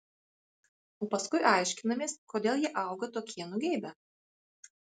o paskui aiškinamės kodėl jie auga tokie nugeibę